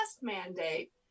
mandate